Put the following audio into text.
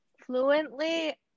fluently